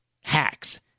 hacks